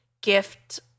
gift